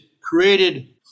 created